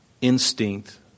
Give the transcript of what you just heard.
instinct